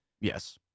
Yes